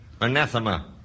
Anathema